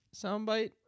soundbite